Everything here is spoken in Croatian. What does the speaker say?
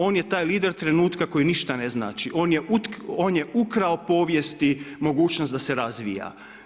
On je taj lider trenutka koji ništa ne znači, on je ukrao povijesti mogućnost da se razvija.